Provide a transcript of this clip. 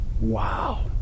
wow